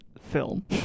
film